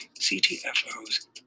CTFO's